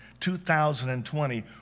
2020